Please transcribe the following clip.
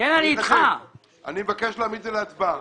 אני מבקש להעמיד את זה להצבעה.